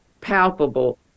palpable